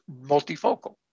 multifocal